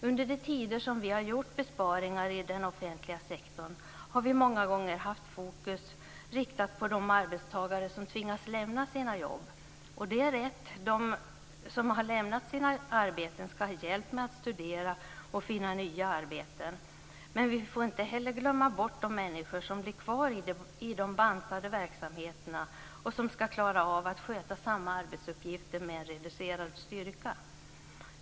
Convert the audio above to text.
Under de tider som vi har gjort besparingar i den offentliga sektorn har vi många gånger haft fokus riktat mot de arbetstagare som har tvingats lämna sina jobb. Det är rätt; de som har lämnat sina arbeten ska ha hjälp med att studera och finna nya arbeten, men vi får inte heller glömma bort de människor som blir kvar i de bantade verksamheterna och som ska klara av att sköta samma arbetsuppgifter med en reducerad styrka.